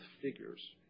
figures